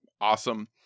awesome